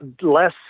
less